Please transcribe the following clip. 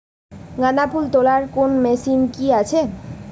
গাঁদাফুল তোলার কোন মেশিন কি আছে?